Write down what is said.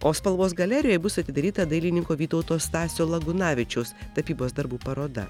o spalvos galerijoje bus atidaryta dailininko vytauto stasio lagunavičiaus tapybos darbų paroda